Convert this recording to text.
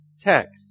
text